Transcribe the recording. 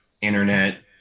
internet